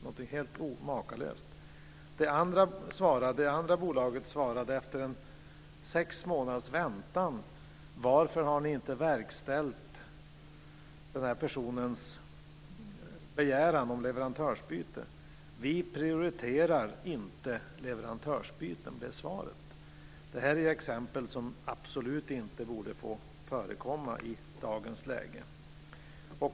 Detta är helt makalöst. Ett annat bolag svarade efter sex månaders väntan på varför man inte hade verkställt en persons begäran om leverantörsbyte: Vi prioriterar inte leverantörsbyten. Det här är exempel som absolut inte borde få förekomma i dagens läge.